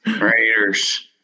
Raiders